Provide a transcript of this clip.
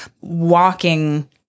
walking